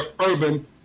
urban